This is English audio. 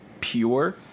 pure